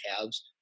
calves